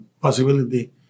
possibility